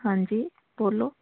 ਹਾਂਜੀ ਬੋਲੋ